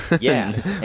Yes